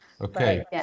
Okay